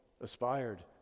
aspired